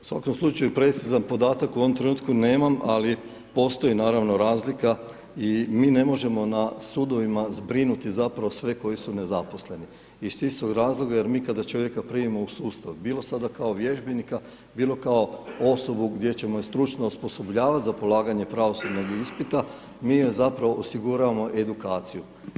U svakom slučaju precizan podatak u ovom trenutku nemam, ali postoji naravno razlika i mi ne možemo na sudovima zbrinuti zapravo sve koji su nezaposleni iz čistog razloga jer mi kada čovjeka primimo u sustav bilo sada kao vježbenika, bilo kao osobu gdje ćemo ju stručno osposobljavat za polaganje pravosudnog ispita mi je zapravo osiguramo edukaciju.